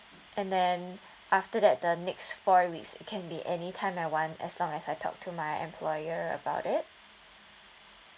and then after that the next four weeks can be any time I want as long as I talk to my employer about it